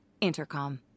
Intercom